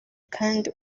kandi